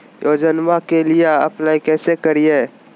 योजनामा के लिए अप्लाई कैसे करिए?